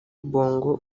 bongo